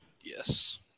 Yes